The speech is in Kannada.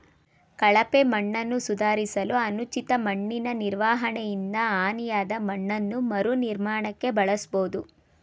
ಕಳಪೆ ಮಣ್ಣನ್ನು ಸುಧಾರಿಸಲು ಅನುಚಿತ ಮಣ್ಣಿನನಿರ್ವಹಣೆಯಿಂದ ಹಾನಿಯಾದಮಣ್ಣನ್ನು ಮರುನಿರ್ಮಾಣಕ್ಕೆ ಬಳಸ್ಬೋದು